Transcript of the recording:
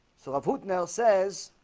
so a boot nell says